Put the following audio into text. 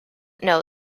know